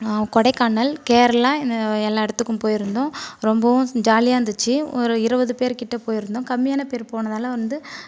கொடைக்கானல் கேரளா இந்த எல்லா இடத்துக்கும் போயிருந்தோம் ரொம்பவும் ஜாலியாக இருந்திச்சு ஒரு இருபது பேர்கிட்ட போயிருந்தோம் கம்மியான பேர் போனதால் வந்து